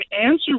answer